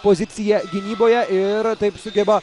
poziciją gynyboje ir taip sugeba